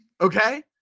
okay